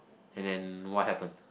and then what happen